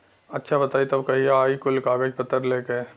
अच्छा बताई तब कहिया आई कुल कागज पतर लेके?